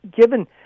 given